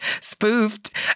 spoofed